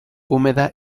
húmeda